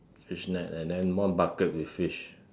fish net and then one bucket with fish